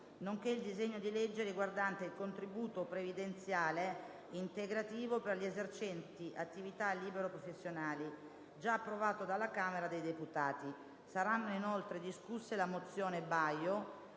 nonché il disegno di legge riguardante il contributo previdenziale integrativo per gli esercenti attività libero-professionali, già approvato dalla Camera dei deputati. Saranno inoltre discusse la mozione Baio